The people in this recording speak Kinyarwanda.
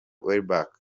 welbeck